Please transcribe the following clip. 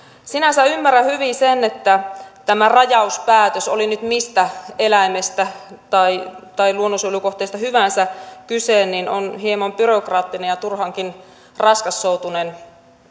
sinänsä ymmärrän hyvin sen että tämä rajauspäätös oli nyt mistä eläimestä tai tai luonnonsuojelukohteesta hyvänsä kyse on hieman byrokraattinen ja turhankin raskassoutuinen